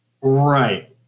Right